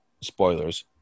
spoilers